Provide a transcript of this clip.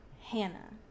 Hannah